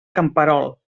camperol